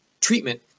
treatment